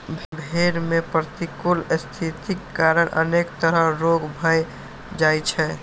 भेड़ मे प्रतिकूल स्थितिक कारण अनेक तरह रोग भए जाइ छै